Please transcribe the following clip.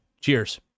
Cheers